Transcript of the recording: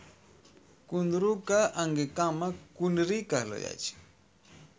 कुंदरू कॅ अंगिका मॅ कुनरी कहलो जाय छै